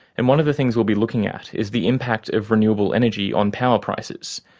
and one of the things we'll be looking at is the impact of renewable energy on power prices,